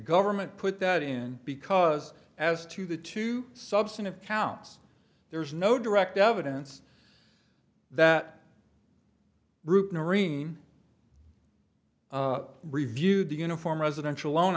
government put that in because as to the two substantive counts there is no direct evidence that brute noreen reviewed the uniform residential loan